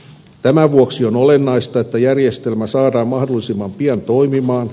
tämän vuoksi on olennaista että järjestelmä saadaan mahdollisimman pian toimimaan